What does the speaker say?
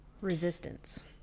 Resistance